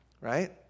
right